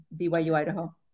BYU-Idaho